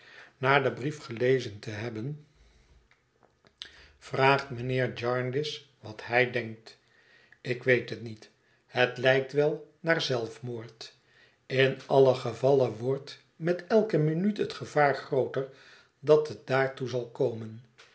na den brief gelezen te hebben vraagt mijnheer jarndyce wat hij denkt ik weet het niet het lijkt wel naar zelfmoord in allen gevalle wordt met elke minuut het gevaar grooter dat het daartoe zal komen